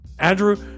Andrew